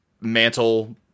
mantle